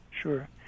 Sure